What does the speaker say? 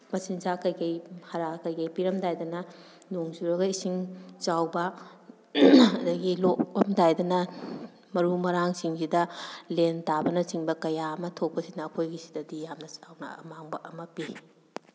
ꯃꯆꯤꯟꯖꯥꯛ ꯀꯩꯀꯩ ꯍꯥꯔ ꯀꯩꯀꯩ ꯄꯤꯔꯝꯗꯥꯏꯗꯅ ꯅꯣꯡ ꯆꯨꯔꯒ ꯏꯁꯤꯡ ꯆꯥꯎꯕ ꯑꯗꯩꯒꯤ ꯂꯣꯛꯑꯝꯗꯥꯏꯗꯅ ꯃꯔꯨ ꯃꯔꯥꯡꯁꯤꯡꯁꯤꯗ ꯂꯦꯟ ꯇꯥꯕꯅ ꯆꯤꯡꯕ ꯀꯌꯥ ꯑꯃ ꯊꯣꯛꯄꯁꯤꯅ ꯑꯩꯈꯣꯏꯒꯤ ꯁꯤꯗꯗꯤ ꯌꯥꯝꯅ ꯆꯥꯎꯅ ꯑꯃꯥꯡꯕ ꯑꯃ ꯄꯤ